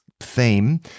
theme